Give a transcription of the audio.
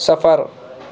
صفر